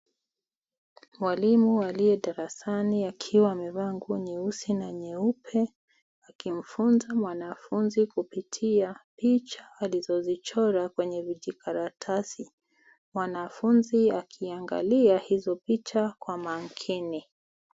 Walimu waliye darasani akiwa amevaa nguo nyeusi na nyeupe akimfunza mwanafunzi kupitia picha alizozichora kwenye karatasi, mwanafunzi akiangalia hizo picha kwa makini.